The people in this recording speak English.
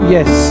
Yes